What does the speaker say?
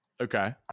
Okay